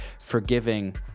Forgiving